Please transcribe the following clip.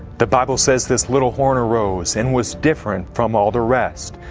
the bible says this little horn arose and was different from all the rest.